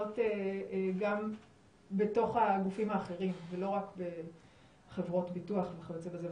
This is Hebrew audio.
גם בתוך הגופים האחרים ולא רק בחברות ביטוח וכיוצא בזה.